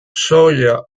soia